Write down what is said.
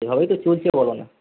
এইভাবেই তো চলছে বলো না